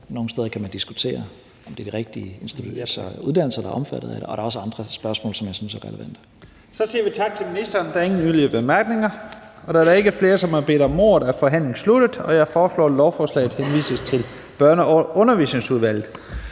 nogle steder kan man diskutere, om det er de rigtige uddannelser, der er omfattet, og der er også andre spørgsmål, som jeg synes er relevante. Kl. 12:21 Første næstformand (Leif Lahn Jensen): Der er ingen yderligere korte bemærkninger, så vi siger tak til ministeren. Da der ikke er flere, som har bedt om ordet, er forhandlingen sluttet. Jeg foreslår, at lovforslaget henvises til Børne- og Undervisningsudvalget.